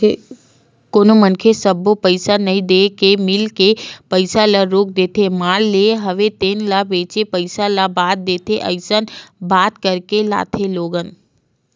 कोनो मनखे सब्बो पइसा नइ देय के मील के पइसा ल रोक देथे माल लेय हवे तेन ल बेंचे पइसा ल बाद देथे अइसन बात करके लाथे लोगन